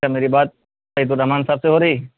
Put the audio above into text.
کیا میری بات سعید الرحمان صاحب سے ہو رہی ہے